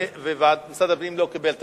והוא לא קיבל?